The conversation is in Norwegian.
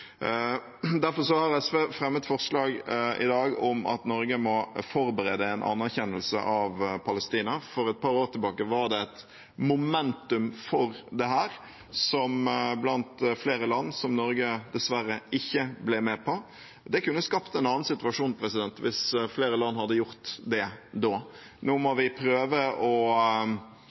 Derfor har SV fremmet forslag i dag om at Norge må forberede en anerkjennelse av Palestina. For et par år siden var det et momentum for dette blant flere land, som Norge dessverre ikke ble med på. Det kunne ha skapt en annen situasjon hvis flere land hadde gjort det da. Nå må vi prøve å